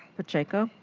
pacheco.